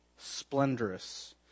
splendorous